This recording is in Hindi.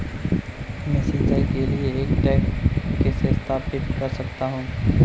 मैं सिंचाई के लिए एक टैंक कैसे स्थापित कर सकता हूँ?